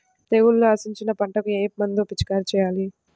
తెగుళ్లు ఆశించిన పంటలకు ఏ మందు పిచికారీ చేయాలి?